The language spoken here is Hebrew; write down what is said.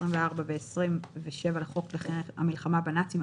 24 ו-27 לחוק נכי המלחמה בנאצים,